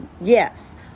yes